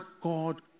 God